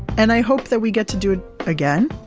and i hope that we get to do it again.